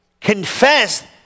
confessed